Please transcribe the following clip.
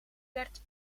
werkt